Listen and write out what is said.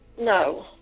No